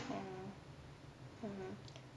mm mmhmm